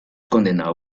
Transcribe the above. condenado